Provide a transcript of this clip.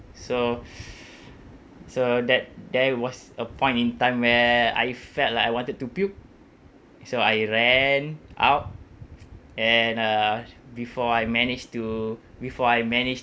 so so that there was a point in time where I felt like I wanted to puke so I ran out and uh before I manage to before I manage